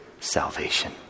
salvation